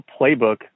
playbook